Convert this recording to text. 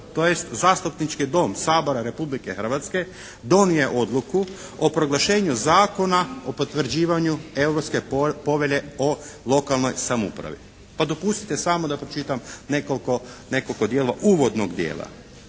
tj. Zastupnički dom Sabora Republike Hrvatske donio je Odluku o proglašenju Zakona o potvrđivanju Europske povelje o lokalnoj samoupravi. Pa dopustite samo da pročitam nekoliko, nekoliko dijelova uvodnog dijela.